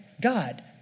God